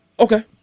Okay